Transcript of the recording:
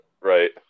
Right